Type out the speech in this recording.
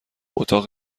اتاق